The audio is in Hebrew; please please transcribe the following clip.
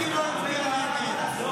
מלביצקי לא הצביע נגד.